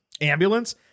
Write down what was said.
ambulance